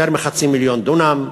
יותר מחצי מיליון דונם,